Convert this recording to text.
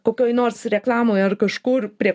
kokioj nors reklamoj ar kažkur prie